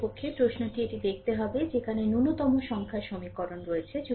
প্রকৃতপক্ষে প্রশ্নটি এটি দেখতে হবে যেখানে ন্যূনতম সংখ্যার সমীকরণ রয়েছে